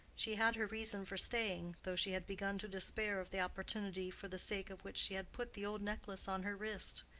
she had her reason for staying, though she had begun to despair of the opportunity for the sake of which she had put the old necklace on her wrist.